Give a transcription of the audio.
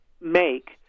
make